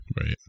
Right